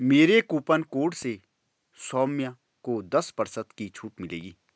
मेरे coupon code से सौम्य को दस प्रतिशत की छूट मिलेगी